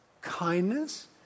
kindness